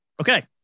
Okay